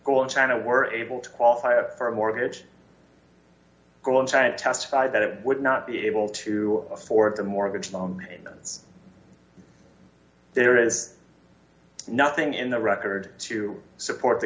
gold china were able to qualify for a mortgage go in china testify that it would not be able to afford the mortgage loan payments there is nothing in the record to support the